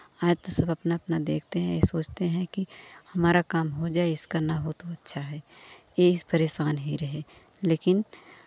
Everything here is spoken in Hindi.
आज तो सब अपना अपना देखते हैं यही सोचते हैं कि हमारा काम हो जाए इसका ना हो तो अच्छा है ये इस परेशान ही रहे लेकिन